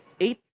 eight